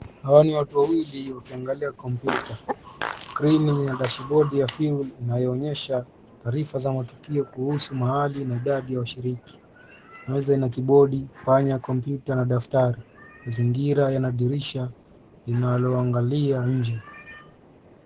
Hawa ni watu wawili wakiangalia kompyuta. Skrini ni ya dashibodi ya film inayoonyesha taarifa za matukio kuhusu mahali na idadi ya washiriki. Meza ina kibodi, panya, kompyuta na daftari. Mazingira yana dirisha linaloangalia nje.